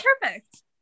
perfect